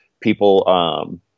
people